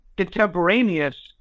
contemporaneous